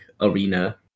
arena